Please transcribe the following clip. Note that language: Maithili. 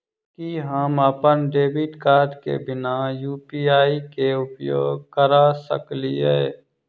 की हम अप्पन डेबिट कार्ड केँ बिना यु.पी.आई केँ उपयोग करऽ सकलिये?